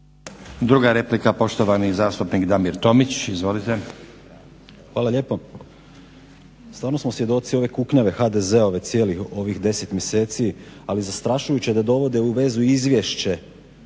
Druga replika, poštovani zastupnik Damir Tomić. Izvolite. **Tomić, Damir (SDP)** Hvala lijepo. Stvarno smo svjedoci ove kuknjave HDZ-a ovih cijelih 10 mjeseci, ali zastrašujuće je da dovode u vezu izvješće